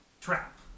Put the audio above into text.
Trap